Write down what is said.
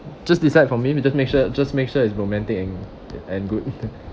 just decide for me but just make sure just make sure it's romantic and and good